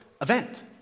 event